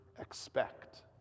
expect